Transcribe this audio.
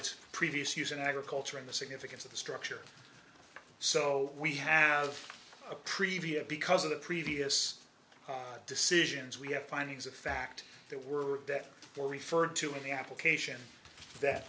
its previous use in agriculture in the significance of the structure so we have a previous because of the previous decisions we have findings of fact that were that were referred to in the application that